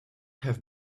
have